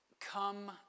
come